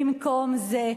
במקום זה,